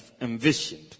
envisioned